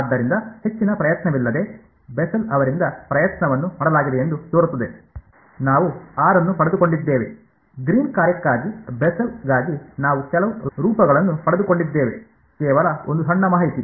ಆದ್ದರಿಂದ ಹೆಚ್ಚಿನ ಪ್ರಯತ್ನವಿಲ್ಲದೆ ಬೆಸೆಲ್ ಅವರಿಂದ ಪ್ರಯತ್ನವನ್ನು ಮಾಡಲಾಗಿದೆಯೆಂದು ತೋರುತ್ತದೆ ನಾವು r ಅನ್ನು ಪಡೆದುಕೊಂಡಿದ್ದೇವೆ ಗ್ರೀನ್ ಕಾರ್ಯಕ್ಕಾಗಿ ಬೆಸೆಲ್ಗಾಗಿ Bessel's ನಾವು ಕೆಲವು ರೂಪಗಳನ್ನು ಪಡೆದುಕೊಂಡಿದ್ದೇವೆ ಕೇವಲ ಒಂದು ಸಣ್ಣ ಮಾಹಿತಿ